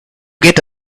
get